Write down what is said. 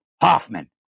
Hoffman